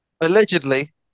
allegedly